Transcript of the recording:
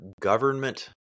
government